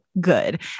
good